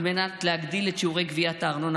על מנת להגדיל את שיעורי גביית הארנונה